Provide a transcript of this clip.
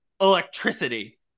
electricity